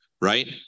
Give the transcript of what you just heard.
right